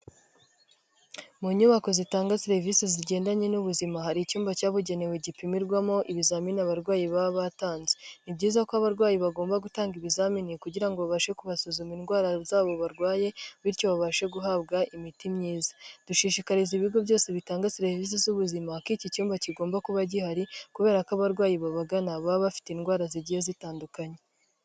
Mu nyubako zitanga serivisi zigendanye n'ubuzima hari icyumba cyabugenewe gipimirwamo ibizamini abarwayi baba batanze, ni byiza ko abarwayi bagomba gutanga ibizamini kugira ngo babashe kubasuzuma indwara zabo barwaye bityo babashe guhabwa imiti myiza, dushishikariza ibigo byose bitanga serivisi z'ubuzima ko iki cyumba kigomba kuba gihari kubera ko abarwayi babagana baba bafite indwara zigiye zitandukanye.